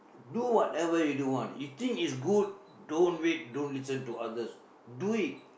do whatever you do want you think is good don't wait don't listen to others do it